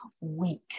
week